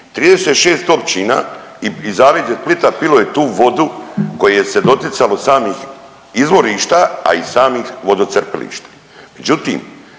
36 općina i zaleđe Splita pilo je tu vodu koje se doticalo samih izvorišta, a i samih vodocrpilišta.